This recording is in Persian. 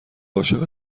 عاشق